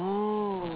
oh